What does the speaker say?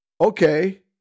okay